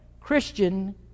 Christian